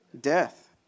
Death